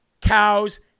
cows